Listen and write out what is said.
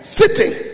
sitting